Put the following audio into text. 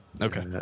okay